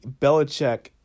Belichick